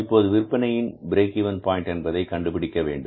இப்போது விற்பனையின் break even point என்பதை கண்டுபிடிக்க வேண்டும்